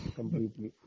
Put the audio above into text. Completely